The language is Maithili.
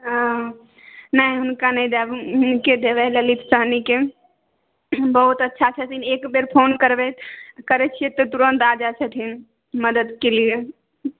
हँ नहि हुनका नहि दैब हम हिनके देबै ललित साहनीके बहुत अच्छा छथिन एकबेर फोन करबै करै छिए तऽ तुरन्त आबि जाए छथिन मदतिके लिए